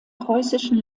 preußischen